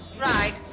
right